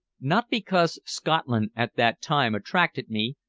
not because scotland at that time attracted me,